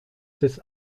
des